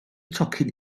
tocyn